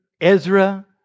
Ezra